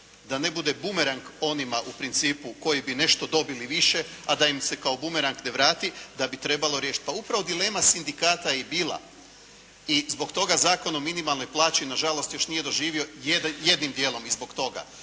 da ne bude bumerang onima u principu koji bi nešto dobili više, a da im se kao bumerang ne vrati da bi trebalo riješiti. Pa upravo dilema sindikata je bila i zbog toga Zakon o minimalnoj plaći na žalost još nije doživio, jednim dijelom i zbog toga,